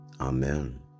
Amen